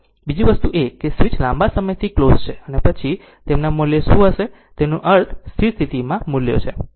બીજી વસ્તુ એ છે કે સ્વીચ લાંબા સમયથી ક્લોઝ છે પછી તેમના મૂલ્યો શું હશે તેનો અર્થ સ્થિર સ્થિતિમાં મૂલ્યો છે